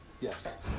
Yes